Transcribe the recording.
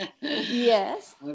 Yes